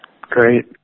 Great